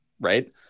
Right